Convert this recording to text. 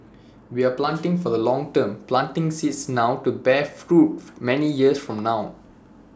we are planting for the long term planting seeds now to bear fruit many years from now